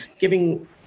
giving